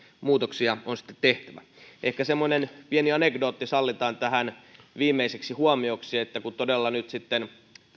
muutoksia on sitten tehtävä ehkä semmoinen pieni anekdootti sallitaan tähän viimeiseksi huomioksi että kun todella nyt sitten